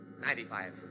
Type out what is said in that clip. Ninety-five